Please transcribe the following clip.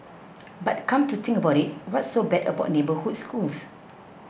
but come to think about it what's so bad about neighbourhood schools